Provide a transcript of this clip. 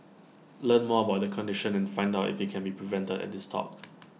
learn more about the condition and find out if IT can be prevented at this talk